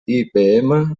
ibm